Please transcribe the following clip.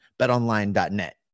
BetOnline.net